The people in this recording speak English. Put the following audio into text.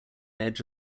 edge